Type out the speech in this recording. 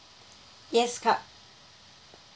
yes card